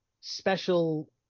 special